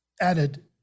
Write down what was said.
added